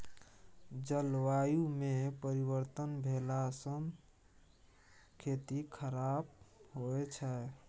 जलवायुमे परिवर्तन भेलासँ खेती खराप होए छै